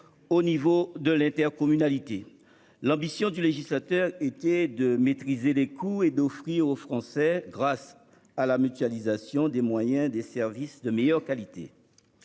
l'échelon de l'intercommunalité. L'ambition du législateur était de maîtriser les coûts et d'offrir aux Français, grâce à la mutualisation des moyens, des services de meilleure qualité.